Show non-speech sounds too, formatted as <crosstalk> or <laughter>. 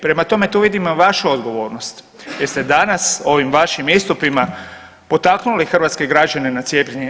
Prema tome, to ... <unintelligible> vašu odgovornost jer ste danas ovim vašim istupima potaknuli hrvatske građana na cijepljenje.